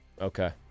Okay